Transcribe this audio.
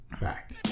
back